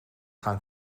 gaan